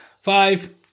five